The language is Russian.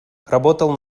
работал